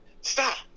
stop